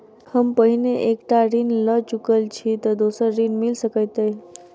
हम पहिने एक टा ऋण लअ चुकल छी तऽ दोसर ऋण मिल सकैत अई?